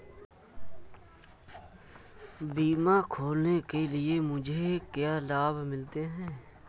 बीमा खोलने के लिए मुझे क्या लाभ मिलते हैं?